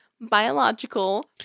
biological